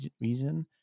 reason